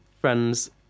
friends